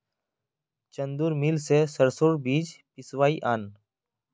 चंदूर mill स सरसोर बीज पिसवइ आन